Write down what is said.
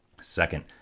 Second